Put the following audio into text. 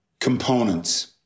components